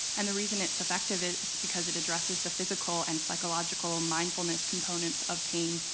and the reason it's effective it because it addresses the physical and psychological mindfulness components of pain,